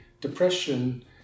depression